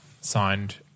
signed